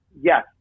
yes